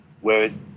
whereas